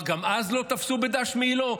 מה, גם אז לא תפסו בדש מעילו?